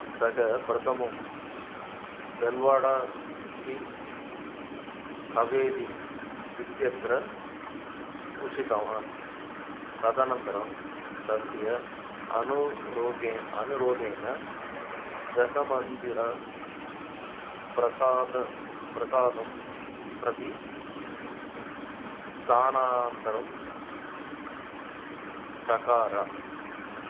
सः प्रथमं तेल्वाडा कि हवेलि इत्यत्र उषितवान् तदनन्तरं तस्य अनुरोगे अनुरोधेन जहमन्दिरं प्रसादं प्रसादं प्रति स्थानान्तरं चकार